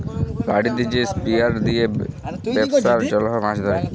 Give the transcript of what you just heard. লাঠিতে যে স্পিয়ার দিয়ে বেপসার জনহ মাছ ধরে